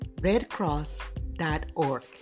redcross.org